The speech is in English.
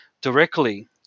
directly